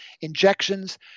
injections